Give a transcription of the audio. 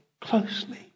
closely